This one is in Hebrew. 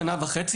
שנה וחצי,